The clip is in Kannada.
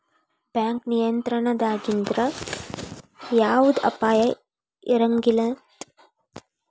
ಬ್ಯಾಂಕ್ ನಿಯಂತ್ರಣದಾಗಿದ್ರ ಯವ್ದ ಅಪಾಯಾ ಇರಂಗಿಲಂತ್